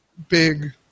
big